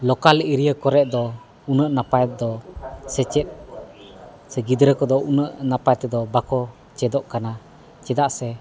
local area ᱠᱚᱨᱮᱫ ᱫᱚ ᱩᱱᱟᱹᱜ ᱱᱟᱯᱟᱭ ᱫᱚ ᱥᱮᱪᱮᱫ ᱥᱮ ᱜᱤᱫᱽᱨᱟᱹ ᱠᱚᱫᱚ ᱩᱱᱟᱹᱜ ᱱᱟᱯᱟᱭ ᱛᱮᱫᱚ ᱵᱟᱠᱚ ᱪᱮᱫᱚᱜ ᱠᱟᱱᱟ ᱪᱮᱫᱟᱜ ᱥᱮ